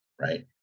right